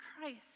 Christ